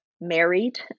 married